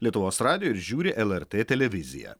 lietuvos radijo ir žiūri lrt televiziją